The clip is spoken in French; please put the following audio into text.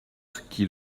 qui